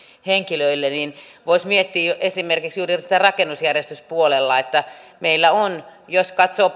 henkilöille niin voisi miettiä esimerkiksi juuri sitä rakennusjärjestyspuolella että meillä jos katsoo